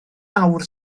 awr